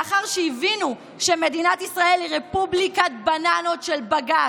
לאחר שהבינו שמדינת ישראל היא רפובליקת בננות של בג"ץ,